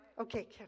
okay